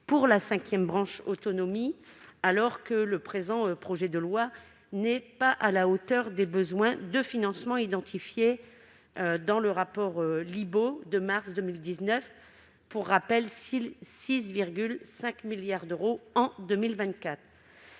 pour la cinquième branche autonomie, alors que le présent projet de loi n'est pas à la hauteur des besoins de financement identifiés par le rapport Libault de mars 2019, à savoir 6,5 milliards d'euros en 2024.